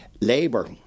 Labour